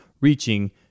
reaching